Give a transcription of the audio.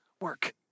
work